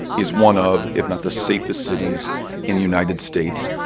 is one of if not the safest cities in the united states.